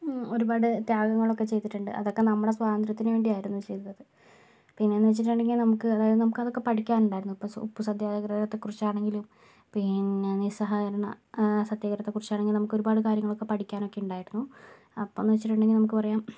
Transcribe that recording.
ഒരുപാട് ത്യാഗങ്ങളൊക്കെ ചെയ്തിട്ടുണ്ട് അതൊക്കെ നമ്മുടെ സ്വാതന്ത്ര്യത്തിനു വേണ്ടിയായിരുന്നു ചെയ്തത് പിന്നെന്നു വെച്ചിട്ടുണ്ടെങ്കിൽ നമുക്ക് അതായത് നമുക്ക് അതൊക്കെ പഠിക്കാനുണ്ടായിരുന്നു ഉപ്പ് സത്യാഗ്രഹത്തെ കുറിച്ചാണെങ്കിലും പിന്നെ നിസ്സഹകരണ സത്യാഗ്രഹത്തെക്കുറിച്ച് ആണെങ്കിലും നമുക്ക് ഒരുപാട് കാര്യങ്ങൾ പഠിക്കാനൊക്കെ ഉണ്ടായിരുന്നു അപ്പൊന്ന് വച്ചിട്ടുണ്ടെങ്കിൽ നമുക്ക് വേണമെങ്കിൽ പറയാം